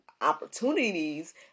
opportunities